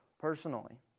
personally